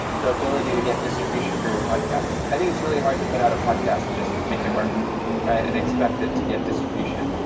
the ability to get distribution for your podcast. i think it's really hard to put out a podcast and just make it work and expect it to get distribution.